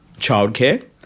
childcare